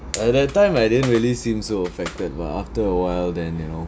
at that time I didn't really seem so affected but after a while then you know